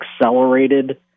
accelerated